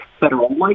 federal